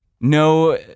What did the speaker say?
No